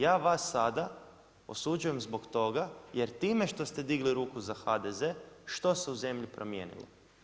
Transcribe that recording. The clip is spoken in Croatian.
Ja vas sada osuđujem zbog toga jer time što ste digli ruku za HDZ, što ste u zemlji promijenilo?